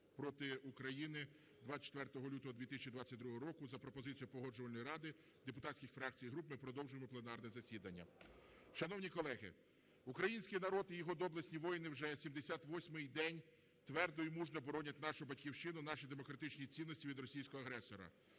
проти України" 24 лютого 2022 року за пропозицією Погоджувальної ради депутатських фракцій і груп ми продовжуємо пленарне засідання. Шановні колеги, український народ і його доблесні воїни вже 78-й день твердо і мужньо боронять нашу Батьківщину, наші демократичні цінності від російського агресора.